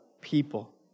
people